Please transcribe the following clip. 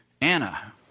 Anna